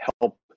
help